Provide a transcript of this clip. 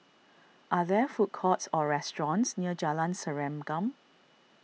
are there food courts or restaurants near Jalan Serengam